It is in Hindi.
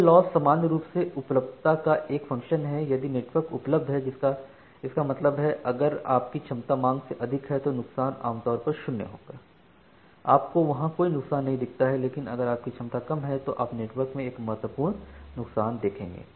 यह लॉस सामान्य रूप से उपलब्धता का एक फंक्शन है यदि नेटवर्क उपलब्ध है इसका मतलब है अगर आपकी क्षमता मांग से अधिक है तो नुकसान आम तौर पर शून्य होगा आपको वहां कोई नुकसान नहीं दिखता है लेकिन अगर आपकी क्षमता कम है तब आप नेटवर्क में एक महत्वपूर्ण नुकसान देखेंगे